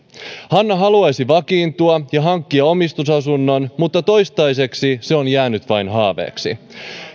hanna haluaisi vakiintua ja hankkia omistusasunnon mutta toistaiseksi se on jäänyt vain haaveeksi